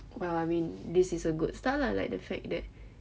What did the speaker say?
well I mean this is a good start lah like the fact that